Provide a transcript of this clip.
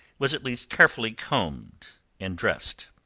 was at least carefully combed and dressed.